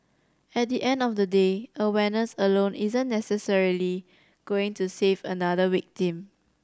at the end of the day awareness alone isn't necessarily going to save another victim